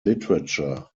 literature